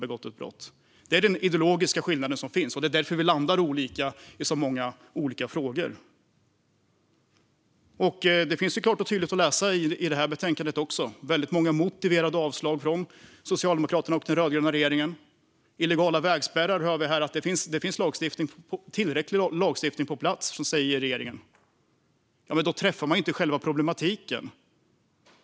Det är den ideologiska skillnaden, och det är därför vi landar olika i så många frågor. Detta finns klart och tydligt att läsa i det här betänkandet. Det finns många motiverade avslag från Socialdemokraterna och den rödgröna regeringen. Vi har hört här att det finns tillräcklig lagstiftning på plats när det gäller illegala vägspärrar. Men då träffar man inte själva problemet.